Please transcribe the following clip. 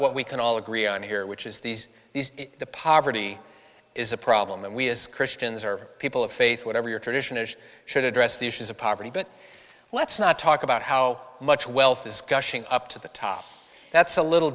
what we can all agree on here which is these these the poverty is a problem that we as christians or people of faith whatever your tradition is should address the issues of poverty but let's not talk about how much wealth is gushing up to the top that's a little